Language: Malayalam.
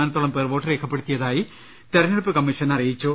മാനത്തോളം പേർ വോട്ട് രേഖപ്പെടുത്തിയതായി തെരഞ്ഞെടുപ്പ് കമ്മീഷൻ അറി യിച്ചു